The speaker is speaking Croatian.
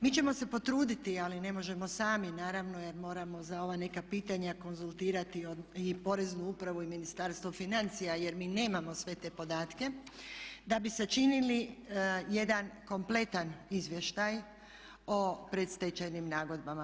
Mi ćemo se potruditi, ali ne možemo sami, naravno jer moramo za ova neka pitanja konzultirati i Poreznu upravu i Ministarstvo financija jer mi nemamo sve te podatke, da bi sačinili jedan kompletan izvještaj o predstečajnim nagodbama.